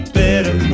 better